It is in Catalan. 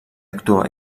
actua